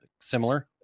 similar